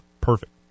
perfect